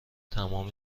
تمام